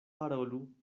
parolu